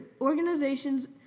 organizations